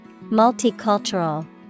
Multicultural